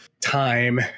time